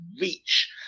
reach